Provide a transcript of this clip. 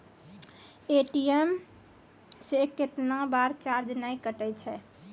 ATM से कैतना बार चार्ज नैय कटै छै?